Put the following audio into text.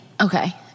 okay